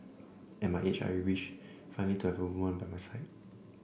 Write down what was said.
at my age I wish finally to have a woman by my side